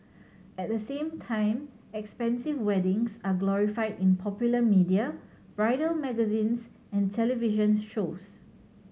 at the same time expensive weddings are glorified in popular media bridal magazines and television shows